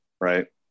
Right